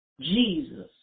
Jesus